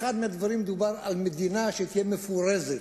באחד מהדברים דובר על מדינה שתהיה מפורזת.